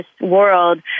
world